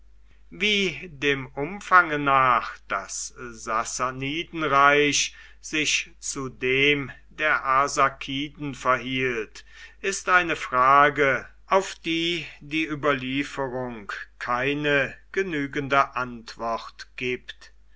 wie dem umfange nach das sassanidenreich sich zu dem der arsakiden verhielt ist eine frage auf die die überlieferung keine genügende antwort gibt